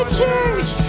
church